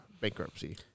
Bankruptcy